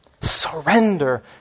Surrender